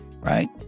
right